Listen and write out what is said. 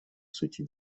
сути